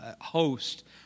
host